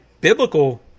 biblical